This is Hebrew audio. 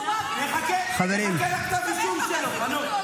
נחכה לכתב האישום שלו, חנוך.